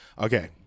okay